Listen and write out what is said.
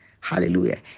Hallelujah